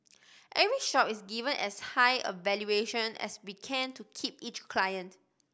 every shop is giving as high a valuation as we can to keep each client